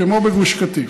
כמו בגוש קטיף.